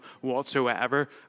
whatsoever